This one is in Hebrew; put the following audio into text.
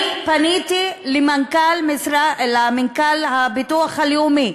אני פניתי למנכ"ל הביטוח הלאומי,